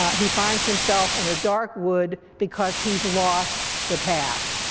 he finds himself in a dark wood because he's lost the path,